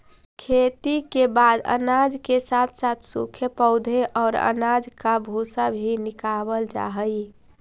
खेती के बाद अनाज के साथ साथ सूखे पौधे और अनाज का भूसा भी निकावल जा हई